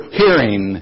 hearing